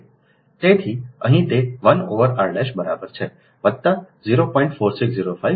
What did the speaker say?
તેથી અહીં તે 1 ઓવર r બરાબર છે વત્તા 0